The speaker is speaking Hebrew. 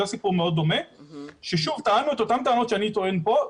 זה היה סיפור מאוד דומה ששוב טענו את אותן טענות שאני טוען פה,